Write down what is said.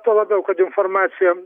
tuo labiau kad informacija